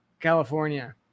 California